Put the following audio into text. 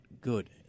good